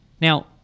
Now